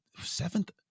seventh